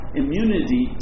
immunity